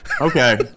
Okay